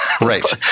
Right